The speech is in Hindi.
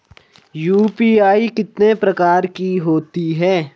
यू.पी.आई कितने प्रकार की होती हैं?